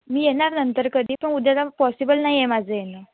मी येणार नंतर कधी पण उद्याला पॉसिबल नाही आहे माझं येणं